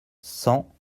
cent